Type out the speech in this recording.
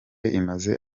imaze